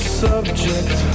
subject